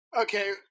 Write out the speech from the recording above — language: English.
Okay